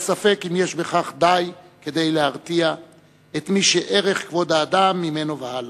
אבל ספק אם יש בכך די כדי להרתיע את מי שערך כבוד האדם ממנו והלאה.